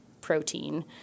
protein